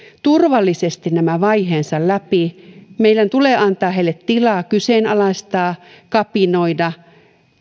turvallisesti nämä vaiheensa läpi meidän tulee antaa heille tilaa kyseenalaistaa kapinoida